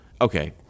okay